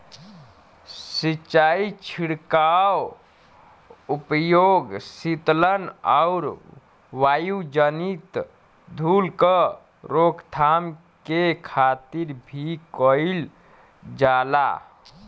सिंचाई छिड़काव क उपयोग सीतलन आउर वायुजनित धूल क रोकथाम के खातिर भी कइल जाला